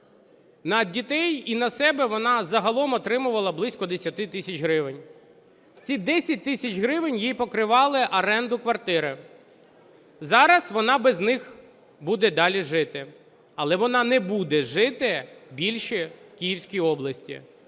На дітей і на себе вона загалом отримувала близько 10 тисяч гривень. Ці 10 тисяч гривень їй покривали оренду квартири. Зараз вона без них буде далі жити. Але вона не буде жити більше в Київській області,